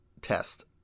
test